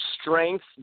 strength